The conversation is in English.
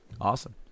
Awesome